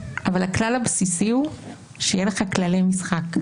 אבל הכלל הבסיסי הוא שיהיו לך כללי משחק.